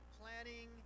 planning